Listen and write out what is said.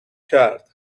کرد